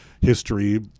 history